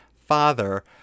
father